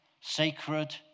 sacred